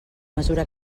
mesura